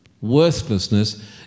worthlessness